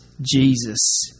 Jesus